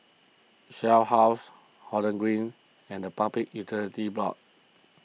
Shell House Holland Green and the Public Utilities Board